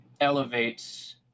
elevates